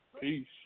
Peace